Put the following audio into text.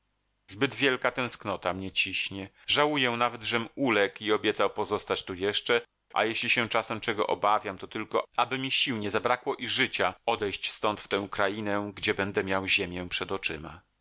zbyt wielka tęsknota mnie ciśnie żałuję nawet żem uległ i obiecał pozostać tu jeszcze a jeśli się czasem czego obawiam to tylko aby mi sił nie zabrakło i życia odejść stąd w tę krainę gdzie będę miał ziemię przed oczyma ale